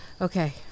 Okay